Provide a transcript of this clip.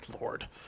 Lord